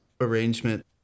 arrangement